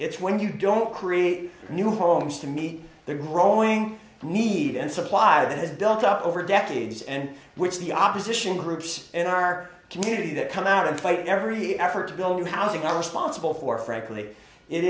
it's when you don't create new homes to meet the growing need and supply that has built up over decades and which the opposition groups in our community that come out and fight every effort to build housing are responsible for frankly it